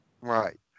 Right